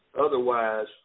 Otherwise